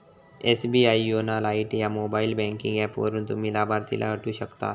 SBI YONO lite ह्या mobile banking app वापरून, तुम्ही लाभार्थीला हटवू शकतास